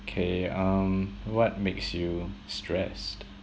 K um what makes you stressed